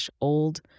old